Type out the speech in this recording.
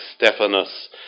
Stephanus